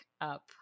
up